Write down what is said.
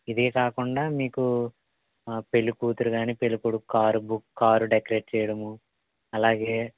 ఇదే కాకుండా మీకు పెళ్ళి కూతురు కానీ పెళ్ళి కొడుకు కారు కారు డెకరేట్ చెయ్యడము అలాగే